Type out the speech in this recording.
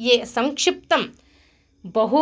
ये संक्षिप्तं बहु